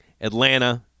Atlanta